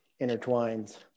intertwines